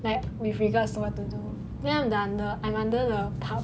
like with regards to what to do then I'm like I'm under the path